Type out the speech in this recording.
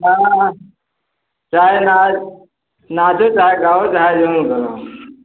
हाँ चाहे नाचे चाहे गाओ चाहे जौन करो